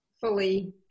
fully